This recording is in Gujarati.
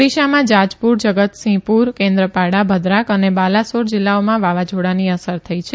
ઓડીશામાં જાજપુર જગતસિંહપુર કેન્દ્રાપાડા ભદ્રાક અને બાલાસોર જીલ્લાઓમાં વાવાઝીડાની અસર થઇ છે